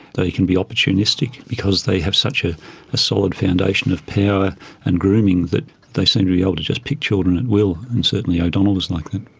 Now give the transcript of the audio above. they can be opportunistic because they have such a ah solid foundation of power and grooming that they seem to be able to just pick children at will, and certainly o'donnell was like that.